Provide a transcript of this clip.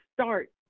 start